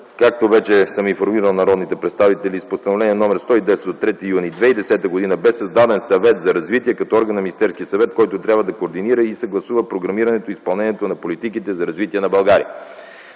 както вече съм информирал народните представители, с Постановление № 110 от 3 юни 2010 г., бе създаден Съвет за развитие като орган на Министерския съвет, който трябва да координира и съгласува програмирането и изпълнението на политиката за развитие на България.